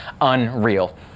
Unreal